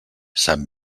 sant